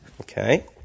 Okay